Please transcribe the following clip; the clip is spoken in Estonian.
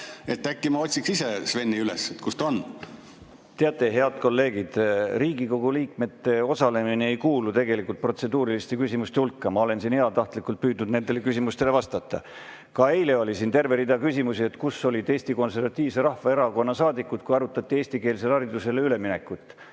äkki ma otsiks ise Sveni üles. Kus ta ikkagi on? Teate, head kolleegid, Riigikogu liikmete osalemine ei kuulu tegelikult protseduuriliste küsimuste hulka. Ma olen siin heatahtlikult püüdnud nendele küsimustele vastata. Ka eile oli siin terve rida küsimusi, et kus olid Eesti Konservatiivse Rahvaerakonna saadikud, kui arutati eestikeelsele haridusele üleminekut.